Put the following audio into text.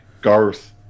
Garth